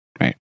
Right